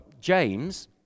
James